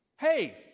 hey